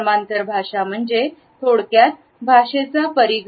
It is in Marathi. समांतर भाषा म्हणजे भाषेचा परिघ